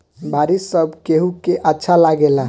बारिश सब केहू के अच्छा लागेला